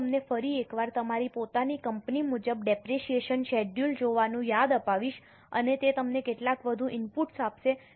હું તમને ફરી એકવાર તમારી પોતાની કંપની મુજબ ડેપરેશીયેશન શેડ્યૂલ જોવાનું યાદ અપાવીશ અને તે તમને કેટલાક વધુ ઇનપુટ્સ આપશે